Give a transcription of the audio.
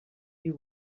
who